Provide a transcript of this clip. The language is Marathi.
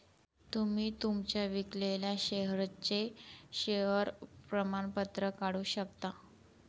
तुम्ही तुमच्या विकलेल्या शेअर्सचे शेअर प्रमाणपत्र काढू शकता